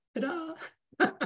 Ta-da